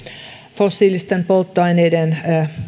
fossiilisten polttoaineiden